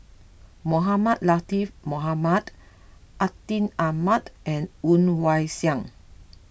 Mohamed Latiff Mohamed Atin Amat and Woon Wah Siang